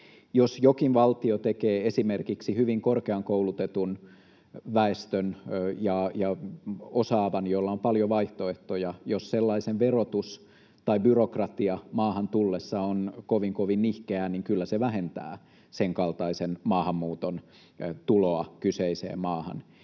Jos jokin valtio tekee esimerkiksi hyvin korkeasti koulutetun ja osaavan väestön, jolla on paljon vaihtoehtoja, verotuksesta ja byrokratiasta maahan tullessa kovin, kovin nihkeää, niin kyllä se vähentää senkaltaisen maahanmuuton tuloa kyseiseen maahan.